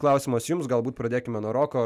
klausimas jums galbūt pradėkime nuo roko